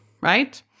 right